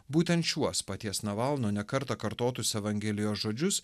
būtent šiuos paties navalno ne kartą kartotus evangelijos žodžius